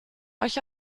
euch